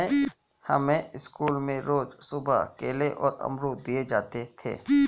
हमें स्कूल में रोज सुबह केले और अमरुद दिए जाते थे